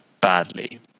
badly